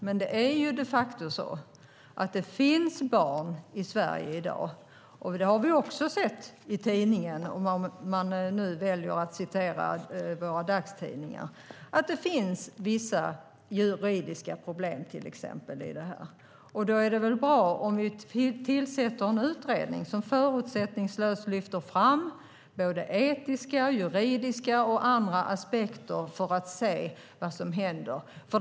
Men de facto finns det barn i Sverige i dag - det har vi också sett i tidningen, om man nu väljer att citera våra dagstidningar - och det finns vissa juridiska problem. Då är det väl bra om vi tillsätter en utredning som förutsättningslöst lyfter fram etiska, juridiska och andra aspekter för att se vad som händer.